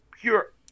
pure